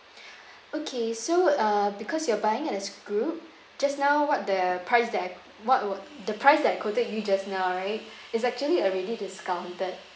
okay so uh because you're buying it as group just now what the price that I qu~ what wa~ the price that I quoted you just now right is actually already discounted